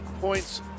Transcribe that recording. points